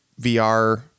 VR